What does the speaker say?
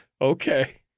okay